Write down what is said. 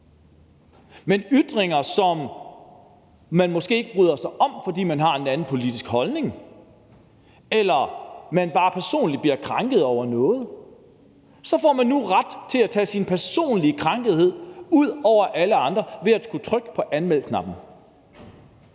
om ytringer, som man måske ikke bryder sig om, fordi man har en anden politisk holdning, eller som man bare personligt bliver krænket over, så får man nu ret til at lade sin personlige følelse af krænkelse gå ud over alle andre ved at trykke på anmeldeknappen: